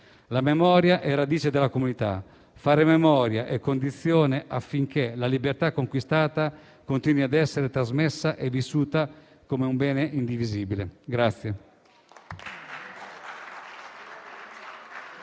«La memoria è radice della comunità. Fare memoria è condizione affinché la libertà conquistata continui ad essere trasmessa e vissuta come un bene indivisibile».